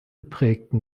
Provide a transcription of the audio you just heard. prägten